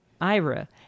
Ira